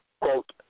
quote